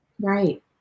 Right